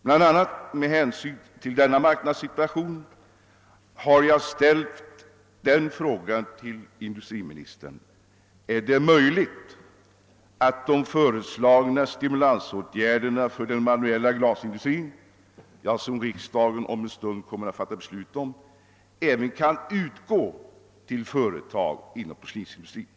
Bland annat med hänsyn till denna marknadssituation har jag ställt frågan till industriministern: Är det möjligt att de föreslagna stimulansåtgärderna för den manuella glasindustrin, som riksdagen om en stund kommer att fatta beslut om, även kan utgå till företag inom porslinsindustrin?